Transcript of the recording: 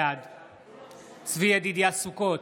בעד צבי ידידיה סוכות,